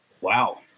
Wow